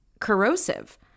corrosive